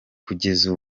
kugeza